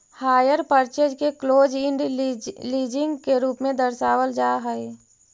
hire purchase के close end leasing के रूप में दर्शावल जा हई